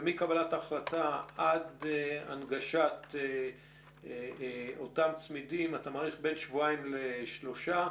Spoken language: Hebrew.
ומקבלת ההחלטה עד הנגשת אותם צמידים אתה מעריך שזה בין שבועיים לשלושה.